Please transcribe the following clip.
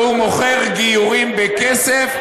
והוא מוכר גיורים בכסף,